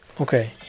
Okay